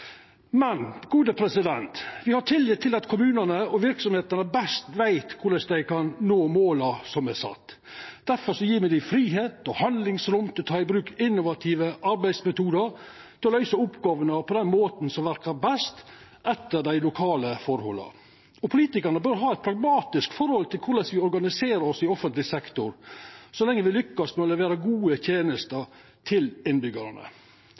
har tillit til at kommunane og verksemdene best veit korleis dei kan nå måla som er sette. Difor gjev me dei fridom og handlingsrom til å ta i bruk innovative arbeidsmetodar til å løysa oppgåvene på den måten som verkar best etter dei lokale forholda. Politikarane bør ha eit pragmatisk forhold til korleis me organiserer oss i offentleg sektor, så lenge me lykkast med å levera gode tenester til